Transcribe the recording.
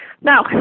Now